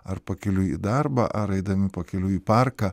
ar pakeliui į darbą ar eidami pakeliui į parką